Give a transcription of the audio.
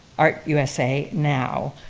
art usa now,